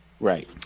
Right